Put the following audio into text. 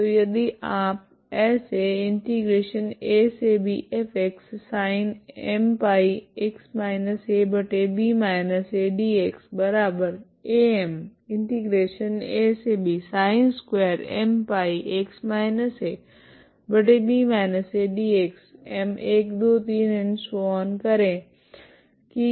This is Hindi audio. तो यदि आप ऐसे करे की